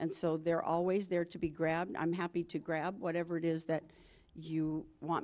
and so they're always there to be grabbed i'm happy to grab whatever it is that you want